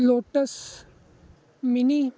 lotus mini